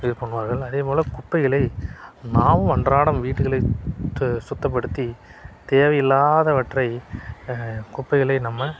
இது பண்ணுவார்கள் அதே போல குப்பைகளை நாமும் அன்றாடம் வீடுகளை த சுத்தப்படுத்தி தேவை இல்லாதவற்றை குப்பைகளை நம்ம